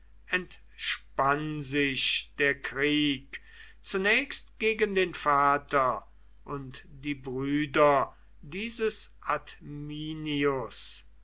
entspann sich der krieg zunächst gegen den vater und die brüder dieses